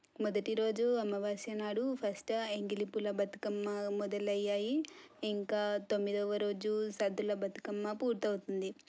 మొదటిరోజు అమావాస్య నాడు ఫస్టు ఎంగిలి పూల బతుకమ్మ మొదలు అయ్యాయి ఇంకా తొమ్మిదొవ రోజు సద్దుల బతుకమ్మ పూర్తి అవుతుంది